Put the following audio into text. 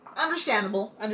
Understandable